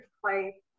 play